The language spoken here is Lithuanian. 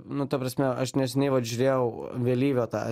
nu ta prasme aš neseniai vat žiūrėjau vėlyvio tą